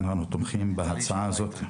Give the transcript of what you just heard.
אנחנו תומכים בהצעה הזאת.